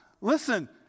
Listen